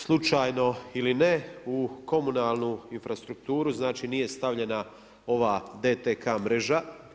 Slučajno ili ne u komunalnu infrastrukturu, znači nije stavljena ova DTK mreža.